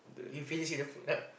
the uh